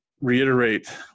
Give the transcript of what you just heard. reiterate